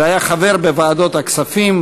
והיה חבר בוועדות הכספים,